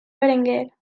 berenguer